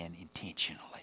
intentionally